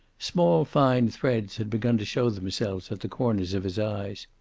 small fine threads had begun to show themselves at the corners of his eyes.